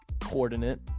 coordinate